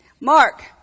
Mark